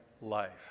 life